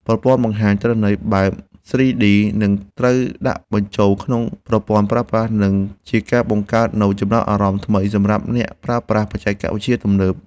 ប្រព័ន្ធបង្ហាញទិន្នន័យបែប ស្រ៊ី-ឌី នឹងត្រូវដាក់បញ្ចូលក្នុងប្រព័ន្ធប្រើប្រាស់ និង ជាការបង្កើតនូវចំណាប់អារម្មណ៍ថ្មីសម្រាប់អ្នកប្រើប្រាស់បច្ចេកវិទ្យាទំនើប។